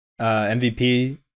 MVP